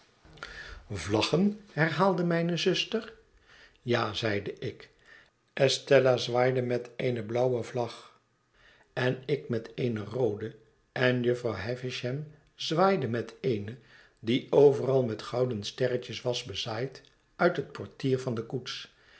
viaggen herhaalde mijne zuster ja zeide ik estella zwaaide met eene blauwe vlag en ik met eene roode en jufvrouw havisham zwaaide met eene die overal met gouden sterretjes was bezaaid uithetportier van de koets